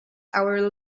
our